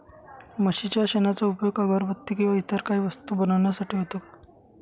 म्हशीच्या शेणाचा उपयोग अगरबत्ती किंवा इतर काही वस्तू बनविण्यासाठी होतो का?